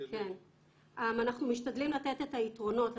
אנחנו משתדלים לתת את היתרונות,